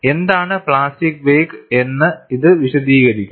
എന്താണ് പ്ലാസ്റ്റിക് വേക്ക് എന്ന് ഇത് വിശദീകരിക്കുന്നു